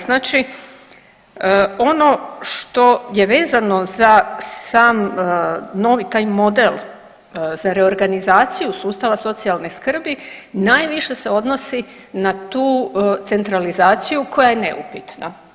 Znači, ono što je vezano za sam novi taj model, za reorganizaciju sustava socijalne skrbi, najviše se odnosi na tu centralizaciju koja je neupitana.